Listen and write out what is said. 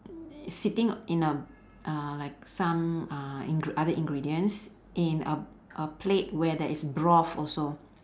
sitting in a uh like some uh ing~ other ingredients in a a plate where there is broth also